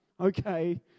Okay